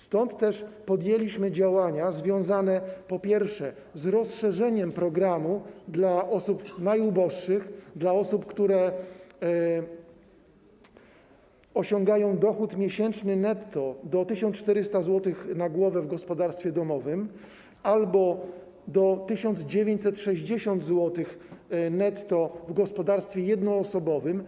Stąd też podjęliśmy działania związane, po pierwsze, z rozszerzeniem programu na osoby najuboższe, na osoby, które osiągają dochód miesięczny netto do 1400 zł na głowę w gospodarstwie domowym albo do 1960 zł netto w gospodarstwie jednoosobowym.